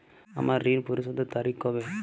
আমার ঋণ পরিশোধের তারিখ কবে?